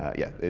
ah yeah.